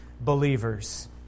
believers